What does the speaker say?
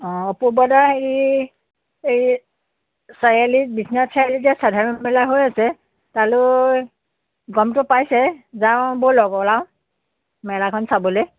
অঁ অপূৰ্ব দাৰ হেৰি এই চাৰি আলিত বিশ্বনাথ চাৰিআলিত যে সাধাৰু মেলা হৈ আছে তালৈ গমতো পাইছেই যাওঁ ব'লক ওলাওঁ মেলাখন চাবলৈ